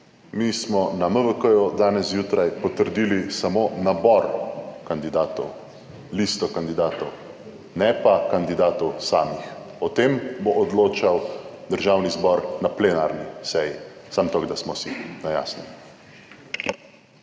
Mi smo na MVK danes zjutraj potrdili samo nabor kandidatov, listo kandidatov, ne pa kandidatov samih. O tem bo odločal Državni zbor na plenarni seji, samo toliko, da smo si na jasnem.